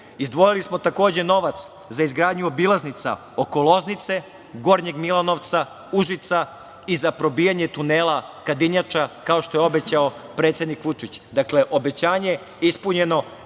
nas. Izdvojili smo takođe novac za izgradnju obilaznica oko Loznice, Gornjeg Milanovca, Užica i za probijanje tunela Kadinjača, kao što je obećao predsednik Vučić. Dakle, obećanje ispunjeno.